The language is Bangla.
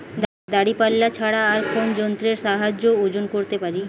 দাঁড়িপাল্লা ছাড়া আর কোন যন্ত্রের সাহায্যে ওজন করতে পারি?